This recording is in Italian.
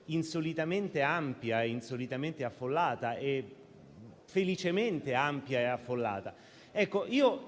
modo di seguire, insolitamente e felicemente ampia e affollata.